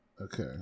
okay